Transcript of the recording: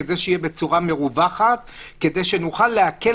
כדי שזה יהיה בצורה מרווחת וכדי שנוכל להקל